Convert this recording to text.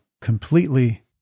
completely